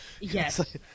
Yes